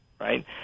right